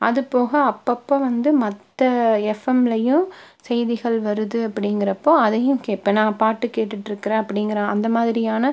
அது போக அப்பப்போ வந்து மற்ற எஃப்எம்லையும் செய்திகள் வருது அப்படிங்குறப்போ அதையும் கேட்பேன் நான் பாட்டு கேட்டுட்டு இருக்குறேன் அப்படிங்கிற அந்த மாதிரியான